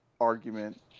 argument